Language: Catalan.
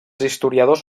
historiadors